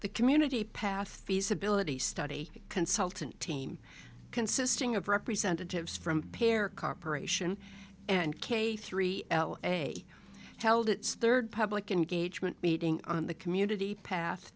the community path feasibility study consultant team consisting of representatives from pear corp and k three l a held its third public engagement meeting on the community path